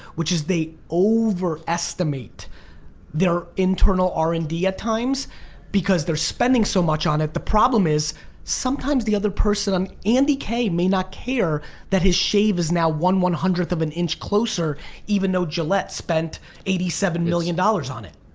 which is they overestimate their internal r and d at times because they're spending so much on the problem is sometimes the other person, andy k. may not care that his shave is now one one hundred of an inch closer even though gillette spent eighty seven million dollars on it.